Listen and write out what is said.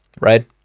right